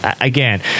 Again